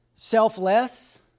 Selfless